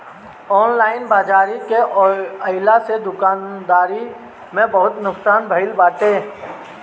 online बाजारी के आइला से दुकानदारी के बहुते नुकसान भईल बाटे